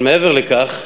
אבל מעבר לכך,